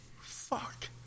Fuck